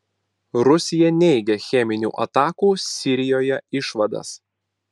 rusija neigia cheminių atakų sirijoje išvadas